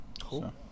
Cool